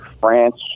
France